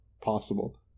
possible